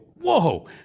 whoa